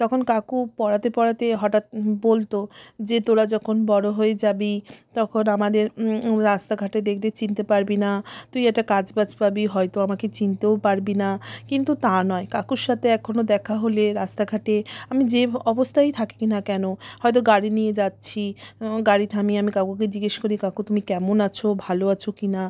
তখন কাকু পড়াতে পড়াতে হঠাৎ বলতো যে তোরা যখন বড় হয়ে যাবি তখন আমাদের রাস্তাঘাটে দেখলে চিনতে পারবি না তুই একটা কাজ বাজ পাবি হয়তো আমাকে চিনতেও পারবি না কিন্তু তা নয় কাকুর সাথে এখনও দেখা হলে রাস্তাঘাটে আমি যে অবস্থায়ই থাকি না কেন হয়তো গাড়ি নিয়ে যাচ্ছি গাড়ি থামিয়ে আমি কাকুকে জিজ্ঞেস করি কাকু তুমি কেমন আছো ভালো আছো কি না